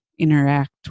interact